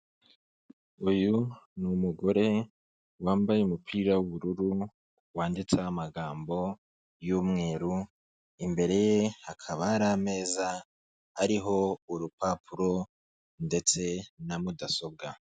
Uyu ni umugore wambaye umupira w'ubururu wanditseho amagambo y'umweru, imbere ye hakaba hari ameza ariho urupapuro ndetse na mudasobwa.